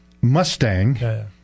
Mustang